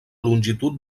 longitud